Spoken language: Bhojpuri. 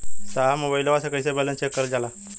साहब मोबइलवा से कईसे बैलेंस चेक करल जाला?